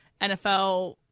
NFL